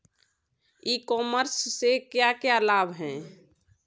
ई commerce से क्या क्या लाभ हैं?